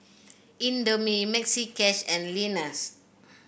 Indomie Maxi Cash and Lenas